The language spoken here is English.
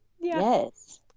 Yes